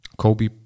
Kobe